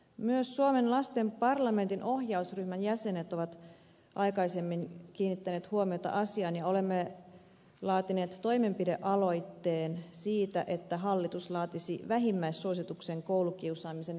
myös suomen lasten parlamentin ohjausryhmän jäsenet ovat aikaisemmin kiinnittäneet huomiota asiaan ja olemme laatineet toimenpidealoitteen siitä että hallitus laatisi vähimmäissuosituksen koulukiusaamisen vähentämiseksi